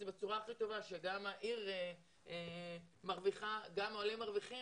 זה בצורה הכי טובה כך שגם העיר מרוויחה וגם העולים מרוויחים